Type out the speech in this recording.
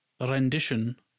rendition